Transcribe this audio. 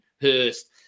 Hurst